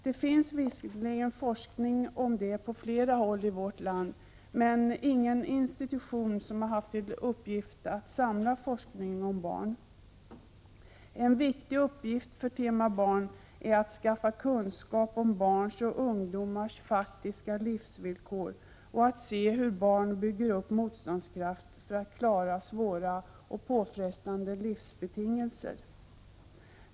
Det finns visserligen forskning om detta på flera håll i vårt land men ingen institution som har till uppgift att samla forskning om barn. En viktig uppgift för Tema Barn är att skaffa kunskap om barns och ungdomars faktiska livsvillkor och att se hur barn bygger upp motståndskraft för att klara svåra och påfrestande livsbetingelser.